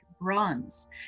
bronze